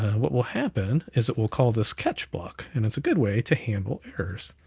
what will happen is it will call this catch block, and it's a good way to handle errors.